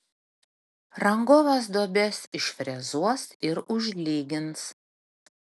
rangovas duobes išfrezuos ir užlygins